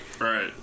Right